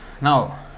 now